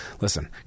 Listen